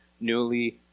newly